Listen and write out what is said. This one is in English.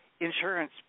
insurance